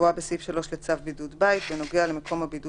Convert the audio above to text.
הקבועה בסעיף 3 לצו בידוד בית בנוגע למקום הבידוד